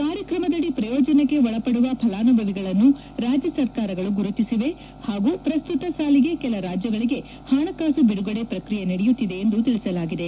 ಕಾರ್ಯಕ್ರಮದಡಿ ಪ್ರಯೋಜನಕ್ಕೆ ಒಳಪಡುವ ಫಲಾನುಭವಿಗಳನ್ನು ರಾಜ್ಯಸರ್ಕಾರಗಳು ಗುರುತಿಸಿವೆ ಹಾಗೂ ಪ್ರಸ್ತುತ ಸಾಲಿಗೆ ಕೆಲ ರಾಜ್ಯಗಳಿಗೆ ಪಣಕಾಸು ಬಿಡುಗಡೆ ಪ್ರಕ್ರಿಯೆ ನಡೆಯುತ್ತಿದೆ ಎಂದು ತಿಳಿಸಲಾಗಿದೆ